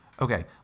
Okay